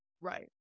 Right